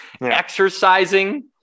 exercising